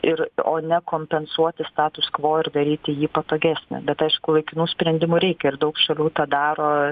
ir o ne kompensuoti status kvo ir daryti jį patogesnį bet aišku laikinų sprendimų reikia ir daug šalių tą daro